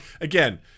again